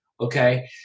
Okay